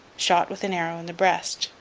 shot with an arrow in the breast,